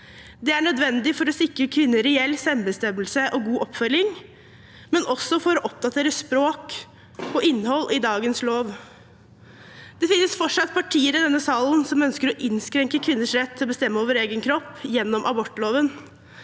Det er nødvendig for å sikre kvinner reell selvbestemmelse og god oppfølging, men også for å oppdatere språk og innhold i dagens lov. Det finnes fortsatt partier i denne salen som ønsker å innskrenke kvinners rett til å bestemme over egen kropp gjennom abortloven.